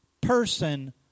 person